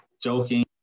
joking